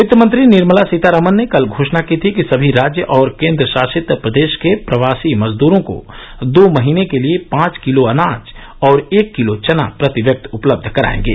वित्तमंत्री निर्मला सीतारामन ने कल घोषणा की थी कि सभी राज्य और केन्द्रशासित प्रदेश के प्रवासी मजदूरों को दो महीने के लिए पांच किलो अनाज और एक किलो चना प्रति व्यक्ति उपलब्ध कराएंगे